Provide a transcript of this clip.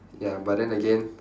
ya but then again